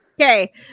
Okay